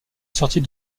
sortie